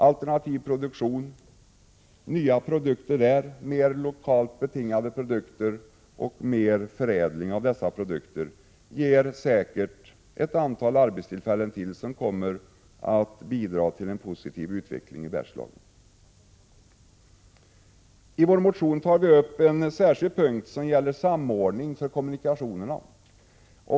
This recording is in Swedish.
Alternativ produktion, nya, mer lokalt betingade produkter och mer förädling av dessa produkter ger säkert ett antal ytterligare arbetstillfällen, som kommer att bidra till en positiv utveckling i Bergslagen. I vår motion tar vi vidare upp en särskild punkt som gäller samordningen av kommunikationerna.